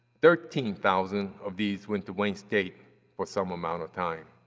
thirteen thousand of these went to wayne state for some amount of time.